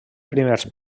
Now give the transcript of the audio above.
primers